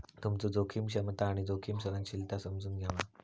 तुमचो जोखीम क्षमता आणि जोखीम सहनशीलता समजून घ्यावा